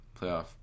playoff